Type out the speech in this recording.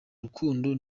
rukundo